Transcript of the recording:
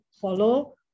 follow